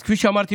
אז כפי שאמרתי,